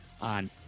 on